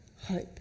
hope